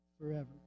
forever